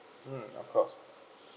um of course